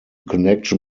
connection